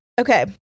Okay